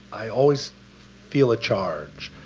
i always feel a charge.